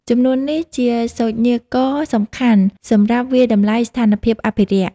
ចំនួននេះជាសូចនាករសំខាន់សម្រាប់វាយតម្លៃស្ថានភាពអភិរក្ស។